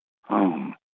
home